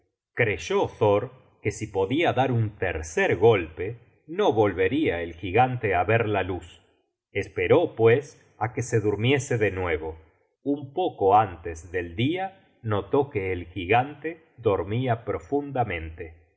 creyó thor que si podia dar un tercer golpe no volvería el gigante á ver la luz esperó pues á que se durmiese de nuevo un poco antes del dia notó que el gigante dormia profundamente